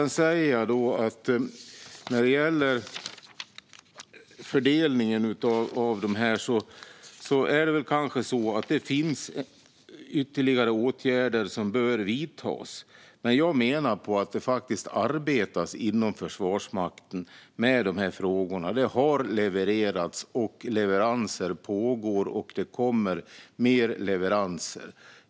När det gäller fördelningen är det kanske så att det finns ytterligare åtgärder som bör vidtas. Men jag menar att det faktiskt arbetas inom Försvarsmakten med de här frågorna. Det har levererats, leveranser pågår och det kommer fler leveranser.